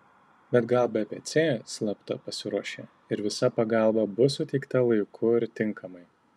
bet gal bpc slapta pasiruošė ir visa pagalba bus suteikta laiku ir tinkamai